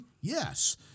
Yes